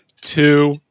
two